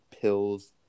pills